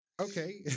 okay